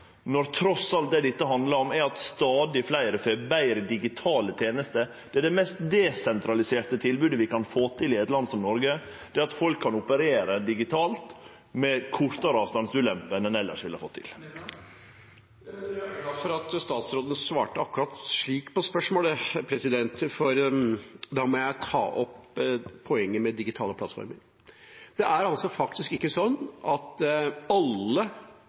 når dette trass i alt handlar om at stadig fleire får betre digitale tenester. Det mest desentraliserte tilbodet vi kan få til i eit land som Noreg, er at folk kan operere digitalt med kortare avstandsulemper enn ein elles ville ha fått til. Jeg er glad for at statsråden svarte akkurat slik på spørsmålet, for da må jeg ta opp poenget med digitale plattformer. Det er faktisk ikke slik at alle